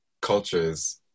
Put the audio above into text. cultures